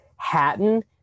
hatton